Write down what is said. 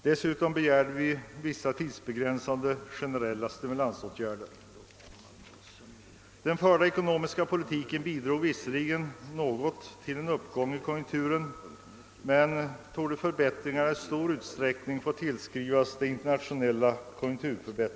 Dessutom begärde vi vissa tidsbegränsade generella stimulansåtgärder. Den förda ekonomiska politiken bidrog visserligen något till en uppgång i konjunkturerna, men förbättringarna torde i stor utsträckning få tillskrivas den internationella konjunkturuppgången.